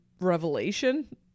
revelation